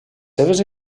seves